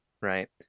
right